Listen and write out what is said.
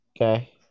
Okay